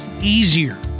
easier